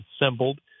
assembled